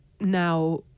now